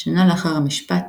שנה לאחר המשפט,